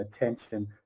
attention